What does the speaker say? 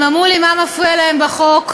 הם אמרו לי מה מפריע להם בחוק,